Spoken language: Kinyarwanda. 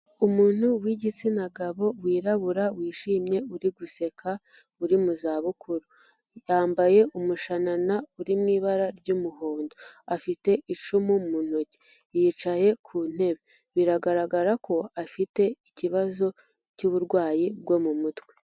Umuntu w'igitsina gabo wirabura wishimye uri guseka uri mu zabukuru, yambaye umushanana uri mu ibara ry'umuhondo, afite icumu mu ntoki, yicaye ku ntebe, biragaragara ko afite ikibazo cy'uburwayi bwo mu mutwe.